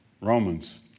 Romans